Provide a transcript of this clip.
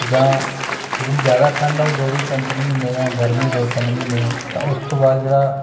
ਜਾਂ ਜਿਹੜੀ ਜ਼ਿਆਦਾ ਠੰਢ ਆ ਉਹ ਦੋ ਦੋ ਤਿੰਨ ਤਿੰਨ ਮਹੀਨੇ ਜਾਂ ਗਰਮੀ ਦੋ ਤਿੰਨ ਮਹੀਨੇ ਤਾਂ ਉਸ ਤੋਂ ਬਾਅਦ ਜਿਹੜਾ